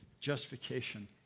justification